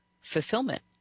fulfillment